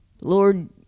Lord